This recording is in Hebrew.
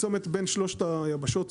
כצומת בן שלושת היבשות,